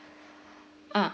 mm